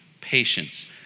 patience